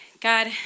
God